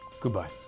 Goodbye